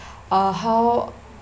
uh how